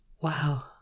wow